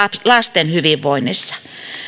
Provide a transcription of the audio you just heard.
lasten hyvinvoinnissa